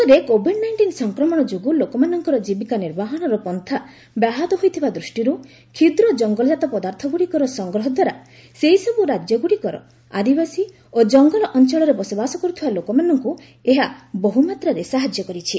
ଦେଶରେ COVID nineteen ସଂକ୍ରମଣ ଯୋଗୁଁ ଲୋକମାନଙ୍କର ଜୀବିକା ନିର୍ବାହନର ପନ୍ଥା ବ୍ୟାହତ ହୋଇଥିବା ଦୃଷ୍ଟିରୁ କ୍ଷୁଦ୍ର ଜଙ୍ଗଲଜାତ ପଦାର୍ଥ ଗୁଡ଼ିକର ସଂଗ୍ରହ ଦ୍ୱାରା ସେହିସବୁ ରାଜ୍ୟଗୁଡ଼ିକର ଆଦିବାସୀ ଓ ଜଙ୍ଗଲ ଅଞ୍ଚଳରେ ବସବାସ କରୁଥିବା ଲୋକମାନଙ୍କୁ ଏହା ବହୁମାତ୍ରାରେ ସାହାଯ୍ୟ କରିଛି